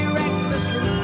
recklessly